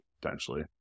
potentially